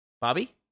Bobby